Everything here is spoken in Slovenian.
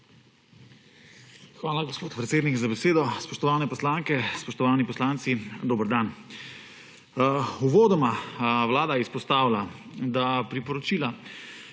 Hvala, gospod predsednik za besedo. Spoštovane poslanke, spoštovani poslanci, dober dan! Uvodoma Vlada izpostavlja, da priporočila,